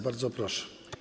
Bardzo proszę.